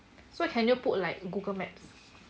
so can you put like google maps